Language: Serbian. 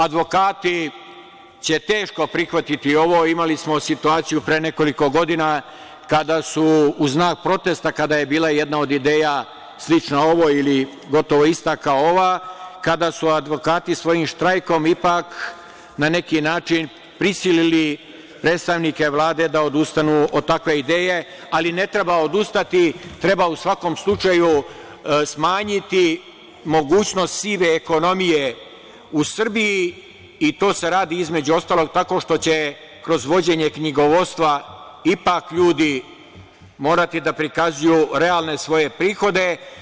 Advokati će teško prihvatiti ovo, imali smo situaciju pre nekoliko godina kada su u znak protesta, kada je bila jedna od ideja slična ovoj ili gotovo ista kao ova, kada su advokati svojim štrajkom ipak na neki način prisilili predstavnike Vlade da odustanu od takve ideje, ali ne treba odustati, treba u svakom slučaju smanjiti mogućnost sive ekonomije u Srbiji i to se radi, između ostalog, tako što će kroz vođenje knjigovodstva ipak ljudi morati da prikazuju realne svoje prihode.